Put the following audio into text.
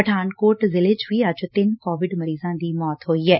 ਪਠਾਨਕੋਟ ਜ਼ਿਲ੍ਹੇ ਚ ਵੀ ਅੱਜ ਤਿੰਨ ਕੋਵਿਡ ਮਰੀਜ਼ਾਂ ਦੀ ਮੌਤ ਹੋਈ ਐ